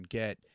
get